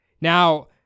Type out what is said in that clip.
Now